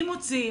אם מוציאים,